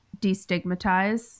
destigmatize